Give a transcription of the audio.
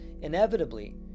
Inevitably